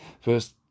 First